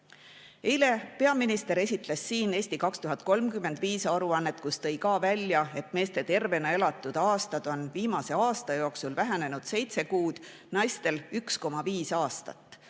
Eile peaminister esitles siin "Eesti 2035" aruannet, kus tõi ka välja, et meeste tervena elatud aastad on viimase aasta jooksul vähenenud 7 kuud, naistel 1,5 aastat.